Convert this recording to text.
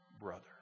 brother